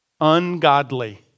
Ungodly